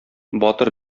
батыр